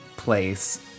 place